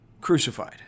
crucified